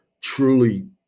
truly